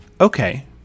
Okay